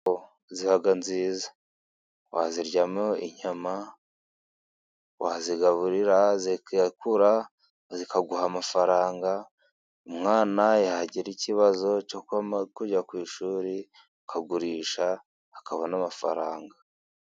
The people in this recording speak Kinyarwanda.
Inkoko ziba nziza waziryamo inyama , wazigaburira zigakura zikaguha amafaranga, umwana yagira ikibazo cy'uko agomba kujya ku ishuri ukagurisha akabona amafaranga.